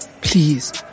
Please